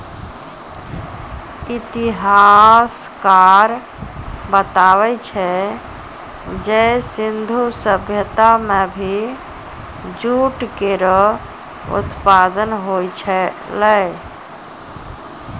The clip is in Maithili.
इतिहासकार बताबै छै जे सिंधु सभ्यता म भी जूट केरो उत्पादन होय छलै